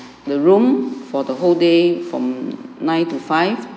the room for the whole day from nine to five